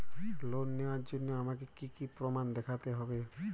Loan নেওয়ার জন্য আমাকে কী কী প্রমাণ দেখতে হবে?